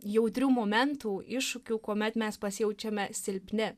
jautrių momentų iššūkių kuomet mes pasijaučiame silpni